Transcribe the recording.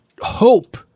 hope